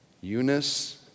Eunice